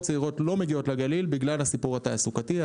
צעירות לא מגיעות לגליל בגלל הסיפור התעסוקתי.